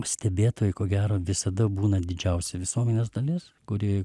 stebėtojai ko gero visada būna didžiausia visuomenės dalis kuri